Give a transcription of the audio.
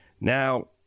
Now